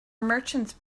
merchants